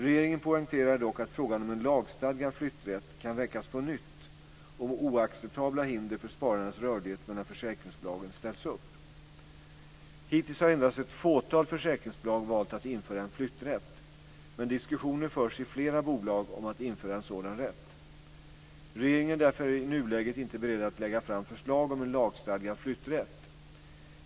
Regeringen poängterade dock att frågan om en lagstadgad flytträtt kan väckas på nytt om oacceptabla hinder för spararnas rörlighet mellan försäkringsbolagen ställs upp. Hittills har endast ett fåtal försäkringsbolag valt att införa en flytträtt, men diskussioner förs i flera bolag om att införa en sådan rätt. Regeringen är därför i nuläget inte beredd att lägga fram förslag om en lagstadgad flytträtt.